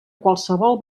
qualsevol